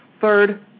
third